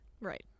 Right